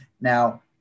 Now